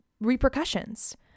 repercussions